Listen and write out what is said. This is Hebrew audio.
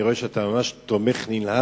מן הנמנע